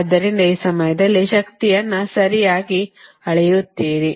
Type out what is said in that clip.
ಆದ್ದರಿಂದ ಈ ಸಮಯದಲ್ಲಿ ಶಕ್ತಿಯನ್ನು ಸರಿಯಾಗಿ ಅಳೆಯುತ್ತೀರಿ